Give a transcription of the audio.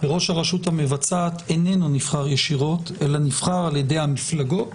וראש הרשות המבצעת איננו נבחר ישירות אלא נבחר ע"י המפלגות